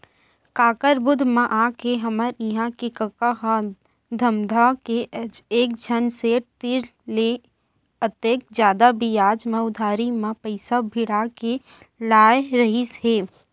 काकर बुध म आके हमर इहां के कका ह धमधा के एकझन सेठ तीर ले अतेक जादा बियाज म उधारी म पइसा भिड़ा के लाय रहिस हे